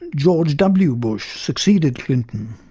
and george w bush succeeded clinton.